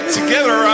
together